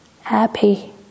happy